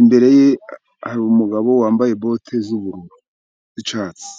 imbere ye hari umugabo wambaye bote z'ubururu, n'icyatsi.